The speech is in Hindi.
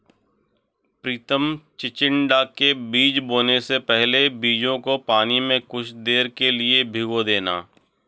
प्रितम चिचिण्डा के बीज बोने से पहले बीजों को पानी में कुछ देर के लिए भिगो देना